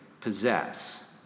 possess